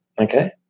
Okay